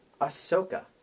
Ahsoka